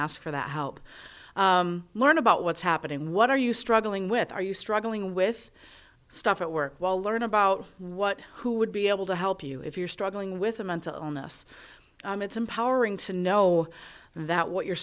ask for that help learn about what's happening what are you struggling with are you struggling with stuff at work while learn about what who would be able to help you if you're struggling with a mental illness it's empowering to know that what you're